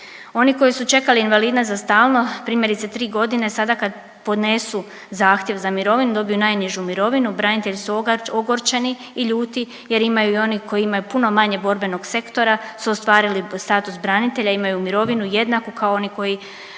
Oni koji su čekali invalidnost za stalno, primjerice tri godine, sada kad podnesu zahtjev za mirovinu, dobiju najnižu mirovinu. Branitelji su ogorčeni i ljuti jer imaju i oni koji imaju puno manje borbenog sektora, su ostvarili status branitelja i imaju mirovinu jednaku kao oni koji